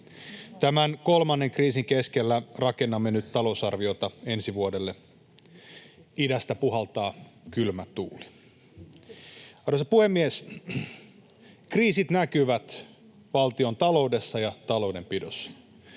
Tämän kolmannen kriisin keskellä rakennamme nyt talousarviota ensi vuodelle. Idästä puhaltaa kylmä tuuli. Arvoisa puhemies! Kriisit näkyvät valtion taloudessa ja taloudenpidossa.